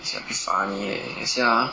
一下 damn funny eh you see ah